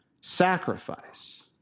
sacrifice